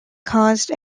caused